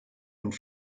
und